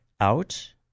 out